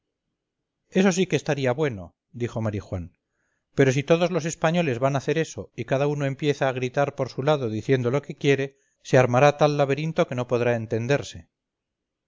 eso sí que estaría bueno dijo marijuán pero si todos los españoles van a hacer eso y cada uno empieza a gritar por su lado diciendo lo que quiere se armará tal laberinto que no podrán entenderse